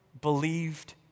believed